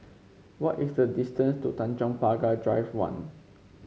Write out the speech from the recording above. what is the distance to Tanjong Pagar Drive One